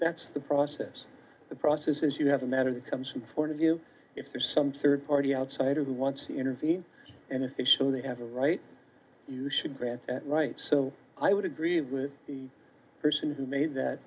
that's the process the process is you have a matter that comes from point of view if there's some third party outsider who wants to intervene and officially they have a right you should grant that right so i would agree with the person who made that